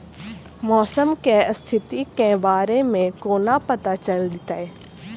मौसम केँ स्थिति केँ बारे मे कोना पत्ता चलितै?